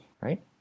right